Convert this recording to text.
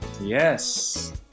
Yes